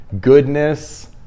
goodness